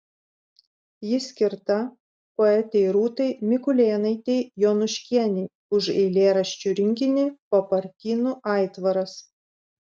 ji skirta poetei rūtai mikulėnaitei jonuškienei už eilėraščių rinkinį papartynų aitvaras